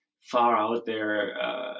far-out-there